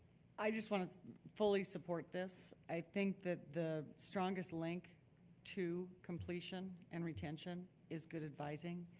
i just wanna fully support this. i think that the strongest link to completion and retention is good advising.